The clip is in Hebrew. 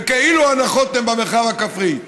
וכאילו הנחות גם במרחב הכפרי,